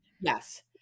yes